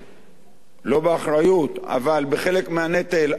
לא באחריות, אבל בחלק מהנטל הביטחוני,